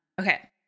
okay